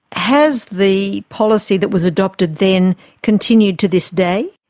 has the policy that was adopted then continued to this day?